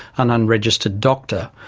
an unregistered doctor,